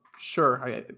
sure